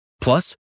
Plus